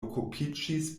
okupiĝis